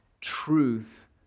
truth